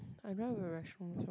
I a restaurant also